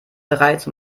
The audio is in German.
bereits